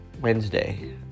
Wednesday